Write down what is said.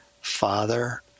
father